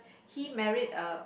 he married a